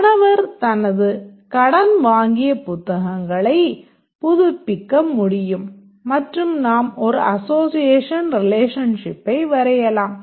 மாணவர் தனது கடன் வாங்கிய புத்தகங்களை புதுப்பிக்க முடியும் மற்றும் நாம் ஒரு அசோசியேஷன் ரிலேஷன்ஷிப்பை வரையலாம்